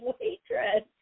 waitress